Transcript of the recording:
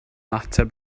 ateb